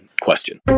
question